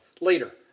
later